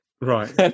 Right